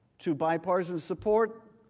to bipartisan support.